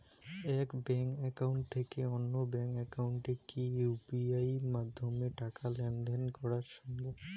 এক bank account থেকে অন্য ব্যাংক একাউন্টে কি ইউ.পি.আই মাধ্যমে টাকার লেনদেন দেন সম্ভব?